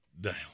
down